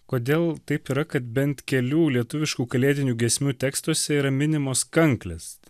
kodėl taip yra kad bent kelių lietuviškų kalėdinių giesmių tekstuose yra minimos kanklės